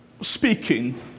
speaking